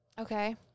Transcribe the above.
Okay